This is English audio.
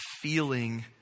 feeling